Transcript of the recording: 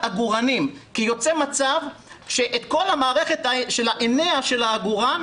עגורנים כי נוצר מצב שכל מערכת ההינע של העגורן,